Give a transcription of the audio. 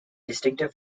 distinctive